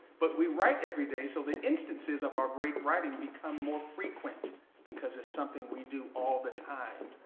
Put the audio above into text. but we write everyday so the instances of our great writing become more frequent because it's something we do all the time.